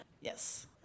Yes